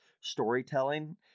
storytelling